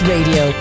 Radio